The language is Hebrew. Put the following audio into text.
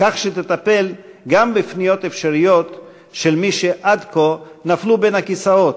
כך שתטפל גם בפניות אפשריות של מי שעד כה נפלו בין הכיסאות,